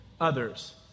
others